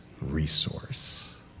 resource